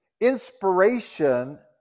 inspiration